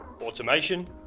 automation